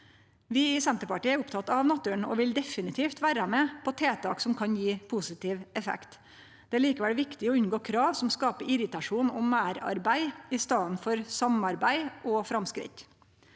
Vi i Senterpartiet er opptekne av naturen og vil definitivt vere med på tiltak som kan gje positiv effekt. Det er likevel viktig å unngå krav som skaper irritasjon og meirarbeid i staden for samarbeid og framsteg.